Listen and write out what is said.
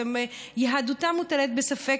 אז יהדותם מוטלת בספק,